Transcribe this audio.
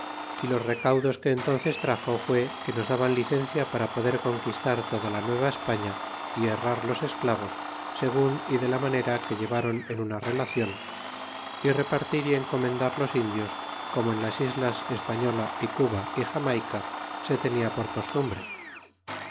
é los recaudos que entónces traxo fué que nos daban licencia para poder conquistar toda la nueva españa y herrar los esclavos segun y de la manera que llevron en una relacion y repartir y encomendar los indios como en las islas española é cuba é jamayca se tenia por costumbre